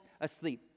asleep